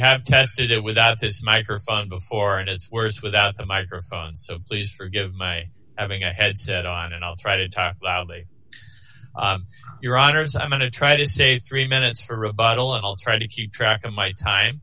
have tested it without this microphone before and it's worse without the microphone so please forgive my having a headset on and i'll try to talk loudly your honour's i'm going to try to say three minutes for rebuttal and i'll try to keep track of my time